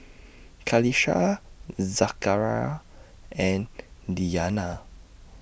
Qalisha Zakaria and Diyana